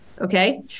Okay